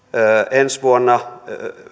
ensi vuonna